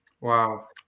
Wow